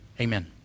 Amen